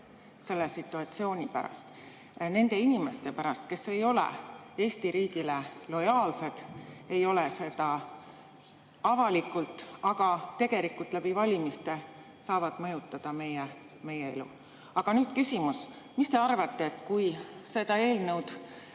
selle situatsiooni pärast, nende inimeste pärast, kes ei ole Eesti riigile lojaalsed, ei ole seda avalikult, aga tegelikult valimiste kaudu saavad mõjutada meie elu. Aga nüüd küsimus. Mis te arvate, kas nüüd, kui seda eelnõu